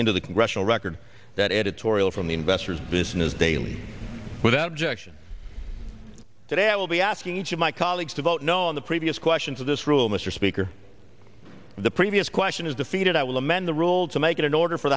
into the congressional record that editorial from the investor's business daily without jackson today i will be asking each of my colleagues to vote no on the previous question this rule mr speaker the previous question is defeated i will amend the rule to make it in order for